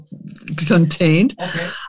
contained